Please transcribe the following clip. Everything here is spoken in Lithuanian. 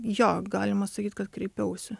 jo galima sakyt kad kreipiausi